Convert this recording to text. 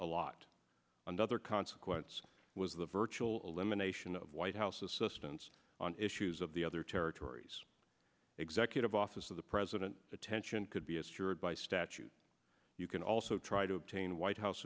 a lot another consequence was the virtual elimination of white house assistance on issues of the other territories executive office of the president attention could be as cheered by statute you can also try to obtain white house